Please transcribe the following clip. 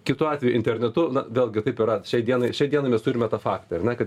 kitu atveju internetu vėlgi taip yra šiai dienai šiai dienai mes turime tą faktą ar ne kad